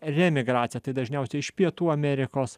reemigracija tai dažniausiai iš pietų amerikos